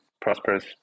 prosperous